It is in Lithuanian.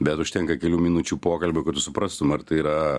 bet užtenka kelių minučių pokalbio kad tu suprastum ar tai yra